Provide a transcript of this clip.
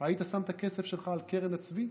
היית שם את הכסף שלך על קרן הצבי?